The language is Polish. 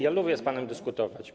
Ja lubię z panem dyskutować.